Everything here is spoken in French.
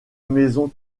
maison